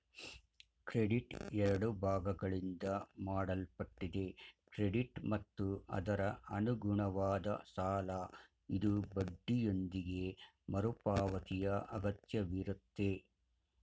credit ಎರಡು ಭಾಗಗಳಿಂದ ಮಾಡಲ್ಪಟ್ಟಿದೆ ಕ್ರೆಡಿಟ್ ಮತ್ತು ಅದರಅನುಗುಣವಾದ ಸಾಲಇದು ಬಡ್ಡಿಯೊಂದಿಗೆ ಮರುಪಾವತಿಯಅಗತ್ಯವಿರುತ್ತೆ